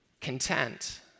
content